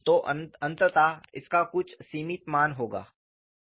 तो अंततः इसका कुछ सीमित मान होगा